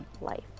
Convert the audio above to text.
life